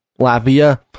Latvia